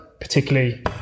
particularly